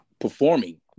performing